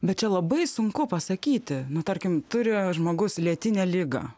bet čia labai sunku pasakyti nu tarkim turi žmogus lėtinę ligą